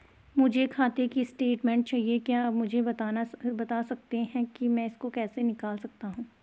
मुझे खाते की स्टेटमेंट चाहिए क्या आप मुझे बताना सकते हैं कि मैं इसको कैसे निकाल सकता हूँ?